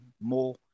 more